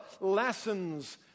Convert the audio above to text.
lessons